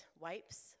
wipes